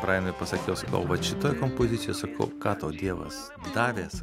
brajanui pasakiau o vat šita kompozicija sakau ką tau dievas davęs